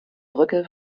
brücke